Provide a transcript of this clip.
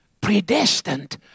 predestined